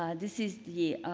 um this is the